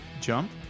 jump